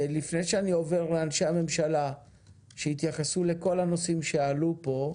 לפני שאני עובר לאנשי הממשלה שיתייחסו לכל הנושאים שעלו פה,